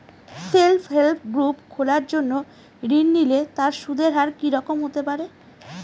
Self help group খোলার জন্য ঋণ নিলে তার সুদের হার কি রকম হতে পারে?